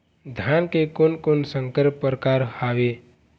धान के कोन कोन संकर परकार हावे?